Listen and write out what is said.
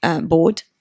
board